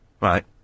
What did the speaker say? Right